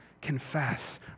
confess